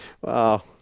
wow